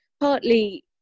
Partly